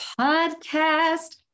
Podcast